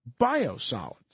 Biosolids